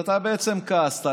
אתה בעצם כעסת,